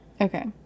okay